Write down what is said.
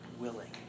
willing